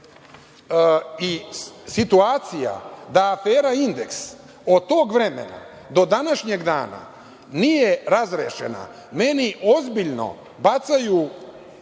i situacija da afera „Indeks“ od tog vremena do današnjeg dana nije razrešena, meni ozbiljno bacaju